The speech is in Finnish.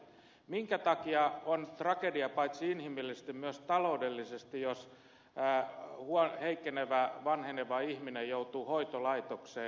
minkä takia on tragedia paitsi inhimillisesti myös taloudellisesti jos heikkenevä vanheneva ihminen joutuu hoitolaitokseen